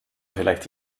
vielleicht